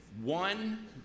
one